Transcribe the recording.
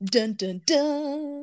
Dun-dun-dun